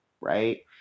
right